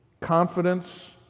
confidence